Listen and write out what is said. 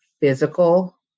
physical